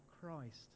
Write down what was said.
Christ